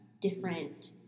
different